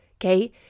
okay